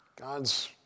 God's